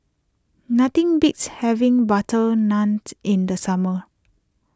nothing beats having Butter Naant in the summer